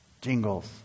jingles